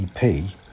EP